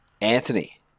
Anthony